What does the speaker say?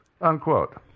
Unquote